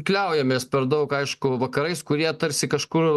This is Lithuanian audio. kliaujamės per daug aišku vakarais kurie tarsi kažkur